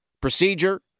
procedure